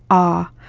ah,